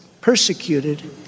persecuted